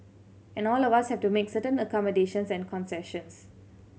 and all of us have to make certain accommodations and concessions